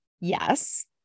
Yes